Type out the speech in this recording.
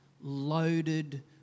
loaded